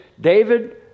David